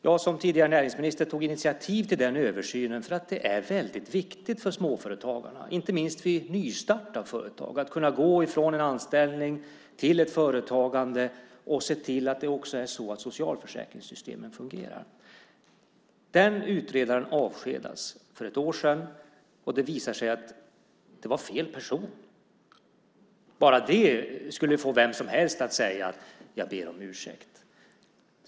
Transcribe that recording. Jag som tidigare näringsminister tog initiativ till den översynen för att den är väldigt viktig för småföretagarna, inte minst vid nystart av företag och för att det ska vara möjligt att gå från en anställning till ett företagande. Man måste se till att också socialförsäkringssystemen fungerar. Den utredaren avskedades för ett år sedan, och det visade sig att det var fel person. Bara det skulle få vem som helst att be om ursäkt.